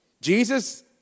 Jesus